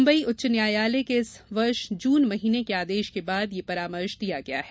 बम्बई उच्च न्यायालय के इस वर्ष जून महीने के आदेश के बाद यह परामर्श दिया गया है